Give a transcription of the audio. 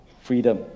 freedom